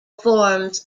forms